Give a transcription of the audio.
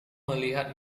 melihat